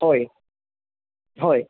होय होय